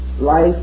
life